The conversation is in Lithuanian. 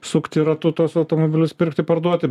sukti ratu tuos automobilius pirkti parduoti